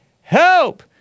Help